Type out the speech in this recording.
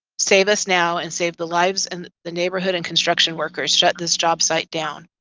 save us now and save the lives and the neighborhood and construction workers. shut this job site down.